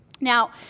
Now